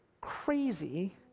crazy